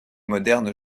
moderne